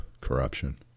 corruption